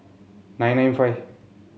nine nine five